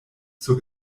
zur